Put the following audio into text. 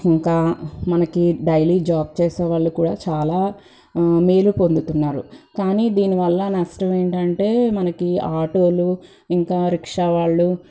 ఇంకా మనకి daily job చేసే వాళ్ళు కూడా చాలా మేలు పొందుతున్నారు కానీ దీనివల్ల నష్టమేంటంటే మనకి ఆటోలు ఇంకా రిక్షావాళ్ళు